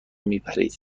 میپرید